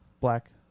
Black